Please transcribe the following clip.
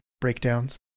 breakdowns